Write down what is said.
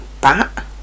bat